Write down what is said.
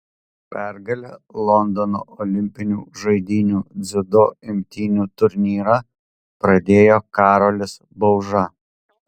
pergale londono olimpinių žaidynių dziudo imtynių turnyrą pradėjo karolis bauža